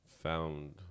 found